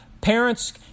Parents